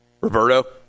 roberto